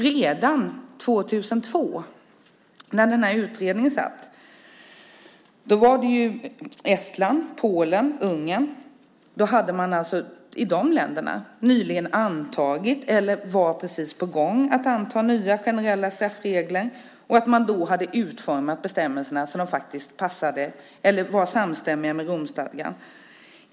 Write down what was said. Redan 2002 när den här utredningen arbetade hade Estland, Polen och Ungern nyligen antagit eller var precis på gång att anta nya generella straffregler som man utformat så att de var samstämmiga med Romstadgan.